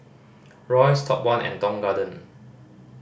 Royce Top One and Tong Garden